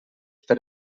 per